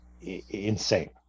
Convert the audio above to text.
insane